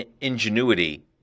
ingenuity